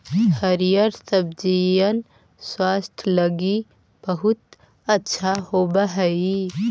हरिअर सब्जिअन स्वास्थ्य लागी बहुत अच्छा होब हई